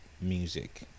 music